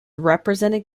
represented